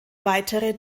weitere